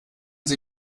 sie